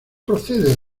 procede